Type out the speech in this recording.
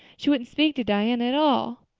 she wouldn't speak to diana at all.